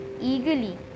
eagerly